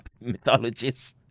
mythologists